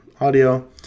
audio